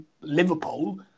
Liverpool